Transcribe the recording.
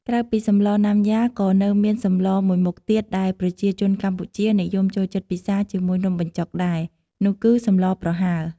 ក្រៅពីសម្លណាំយ៉ាក៏នៅមានសម្លមួយមុខទៀតដែលប្រជាជនកម្ពុជានិយមចូលចិត្តពិសាជាមួយនំបញ្ចុកដែរ នោះគឺសម្លប្រហើរ។